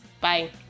Bye